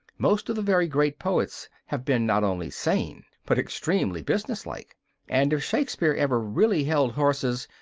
most of the very great poets have been not only sane, but extremely business-like and if shakespeare ever really held horses,